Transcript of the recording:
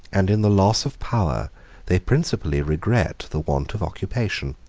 and in the loss of power they principally regret the want of occupation.